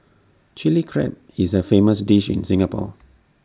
Chilli Crab is A famous dish in Singapore